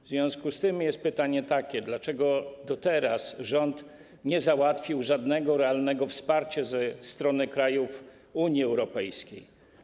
W związku z tym jest takie pytanie: Dlaczego do teraz rząd nie załatwił żadnego realnego wsparcia ze strony krajów Unii Europejskiej?